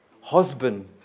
Husband